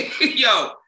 Yo